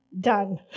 Done